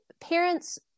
parents